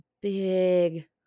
big